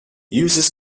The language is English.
users